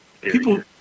people